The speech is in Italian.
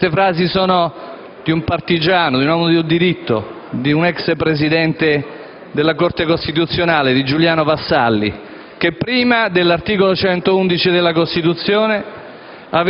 Queste frasi sono di un partigiano, di un uomo di diritto, di un ex presidente della Corte costituzionale, Giuliano Vassalli, che prima della modifica dell'articolo 111 della Costituzione